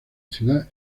ciudad